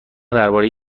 درباره